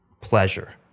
pleasure